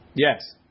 Yes